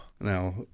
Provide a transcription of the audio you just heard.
now